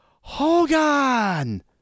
Hogan